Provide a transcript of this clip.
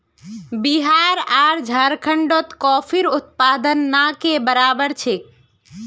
बिहार आर झारखंडत कॉफीर उत्पादन ना के बराबर छेक